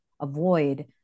avoid